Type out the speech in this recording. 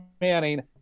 Manning